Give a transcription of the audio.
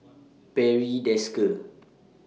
Barry Desker